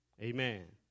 Amen